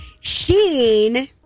Sheen